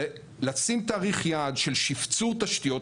לשים תאריך יעד של שפצור תשתיות.